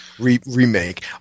remake